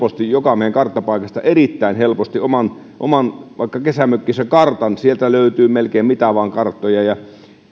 löytää helposti jokamiehen karttapaikasta erittäin helposti vaikka oman kesämökkinsä kartan sieltä löytyy melkein mitä vain karttoja ja